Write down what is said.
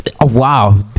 Wow